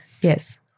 Yes